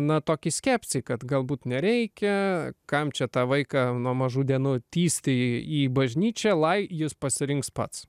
na tokį skepsį kad galbūt nereikia kam čia tą vaiką nuo mažų dienų tįsti į bažnyčią lai jis pasirinks pats